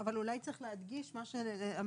אבל אולי צריך להדגיש מה שאמרת,